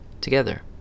together